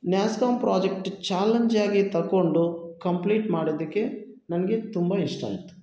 NASSCOM project ಚಾಲೆಂಜಾಗಿ ತಗೊಂಡು complete ಮಾಡಿದ್ದಕ್ಕೆ ನನಗೆ ತುಂಬ ಇಷ್ಟ ಆಯ್ತು